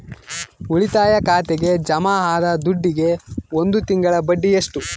ಉಳಿತಾಯ ಖಾತೆಗೆ ಜಮಾ ಆದ ದುಡ್ಡಿಗೆ ಒಂದು ತಿಂಗಳ ಬಡ್ಡಿ ಎಷ್ಟು?